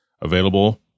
available